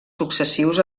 successius